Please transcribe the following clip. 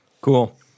Cool